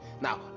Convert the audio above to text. now